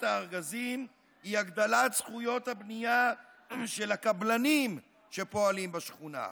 הארגזים היא הגדלת זכויות הבנייה של הקבלנים שפועלים בשכונה.